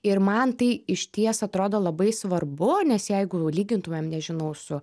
ir man tai išties atrodo labai svarbu nes jeigu lygintumėm nežinau su